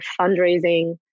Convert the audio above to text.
fundraising